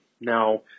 Now